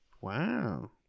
Wow